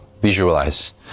visualize